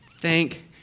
thank